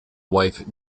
wife